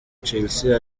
chelsea